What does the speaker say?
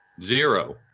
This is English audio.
Zero